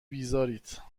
بیزارید